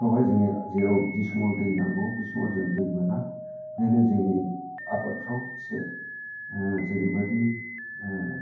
बेफोरावहाय जोङो जेराव समाव दै नांगौ बे समाव जों दै मोना बेनो जोंनि आबादफ्राव एसे जेरैबायदि